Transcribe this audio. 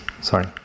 sorry